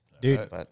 Dude